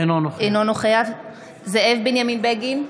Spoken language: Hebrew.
אינו נוכח זאב בנימין בגין,